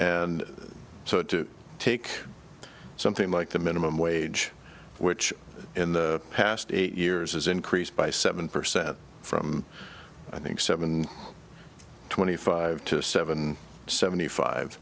and so to take something like the minimum wage which in the past eight years has increased by seven percent from i think seven twenty five to seven seventy